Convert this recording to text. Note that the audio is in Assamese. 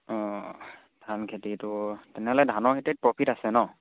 অঁ ধান খেতিটো তেনেহ'লে ধানৰ খেতিত প্ৰফিট আছে ন